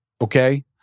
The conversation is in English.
Okay